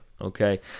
Okay